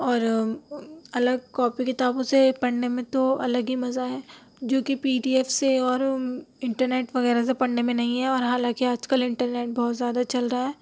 اور الگ کاپی کتابوں سے پڑھنے میں تو الگ ہی مزہ ہے جو کہ پی ڈی ایف سے اور انٹر نیٹ وغیرہ سے پڑھنے میں نہیں ہے اور حالاں کہ آج کل انٹر نیٹ بہت زیادہ چل رہا ہے